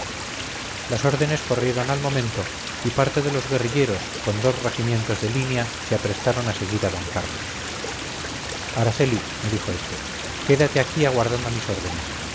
las órdenes corrieron al momento y parte de los guerrilleros con dos regimientos de línea se aprestaron a seguir a d carlos araceli me dijo este quédate aquí aguardando mis órdenes